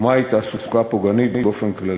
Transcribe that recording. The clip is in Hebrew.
ומהי תעסוקה פוגענית באופן כללי.